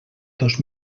dos